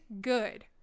good